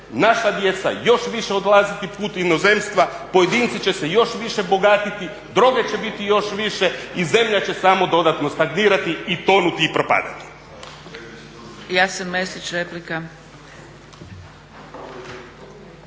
naša djeca još više odlaziti put inozemstva, pojedinci će se još više bogatiti, droge će biti još više i zemlja će samo dodatno stagnirati i tonuti i propadati.